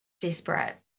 desperate